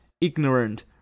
ignorant